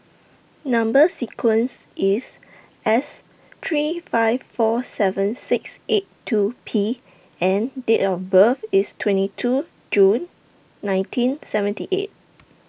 Number sequence IS S three five four seven six eight two P and Date of birth IS twenty two June nineteen seventy eight